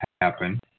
happen